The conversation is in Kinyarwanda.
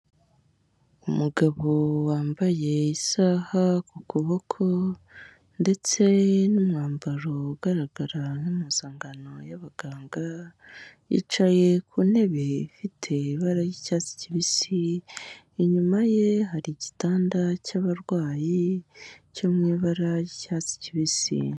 Umugabo wambaye isaha ku kuboko ndetse n'umwambaro ugaragara n'amasangano y'abaganga, yicaye ku ntebe ifite ibara ry'icyatsi kibisi, inyuma ye hari igitanda cy'abarwayi cyo mu ibara ry'icyatsi kibisi.